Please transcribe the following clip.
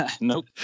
Nope